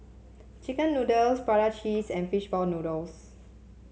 chicken noodles Prata Cheese and Fishball Noodles